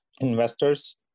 investors